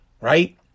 right